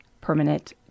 permanent